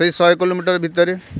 ସେଇ ଶହେ କୋଲୋମିଟର୍ ଭିତରେ